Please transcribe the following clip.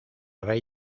rey